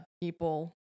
people